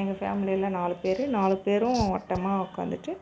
எங்கள் பேமிலியில நாலு பேர் நாலு பேரும் வட்டமாக உட்காந்துட்டு